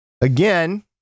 Again